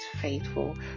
faithful